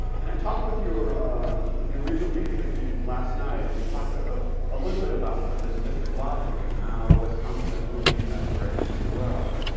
and i talked with your your regional leadership team last night, and we talked a ah ah little bit about kind of this district logic and how wisconsin is moving in that direction as well,